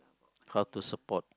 how to support